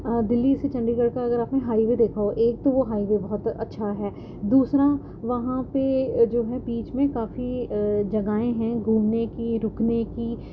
دلی سے چنڈی گڑھ کا اگر آپ نے ہائی وے دیکھا ہو ایک تو وہ ہائی وے بہت اچھا ہے دوسرا وہاں پہ جو ہے بیچ میں کافی جگہیں ہیں گھومنے کی رکنے کی